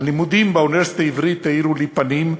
הלימודים באוניברסיטה העברית האירו לי פנים,